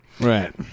right